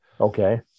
Okay